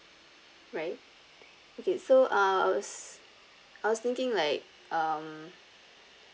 right okay so uh I was I was thinking like um